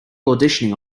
auditioning